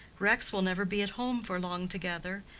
rex will never be at home for long together,